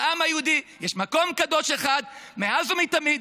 לעם היהודי יש מקום קדוש אחד מאז ומתמיד,